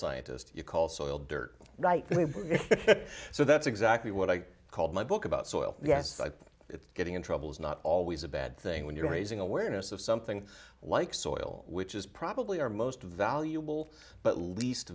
scientist you call soil dirt right so that's exactly what i called my book about well yes i think it's getting in trouble is not always a bad thing when you're raising awareness of something like soil which is probably our most valuable but least